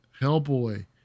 Hellboy